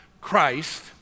Christ